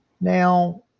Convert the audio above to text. Now